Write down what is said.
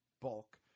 bulk